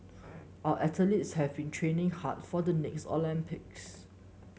our athletes have been training hard for the next Olympics